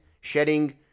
shedding